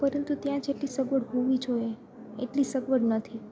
પરંતુ ત્યાં જેટલી સગવડ હોવી જોઈએ એટલી સગવડ નથી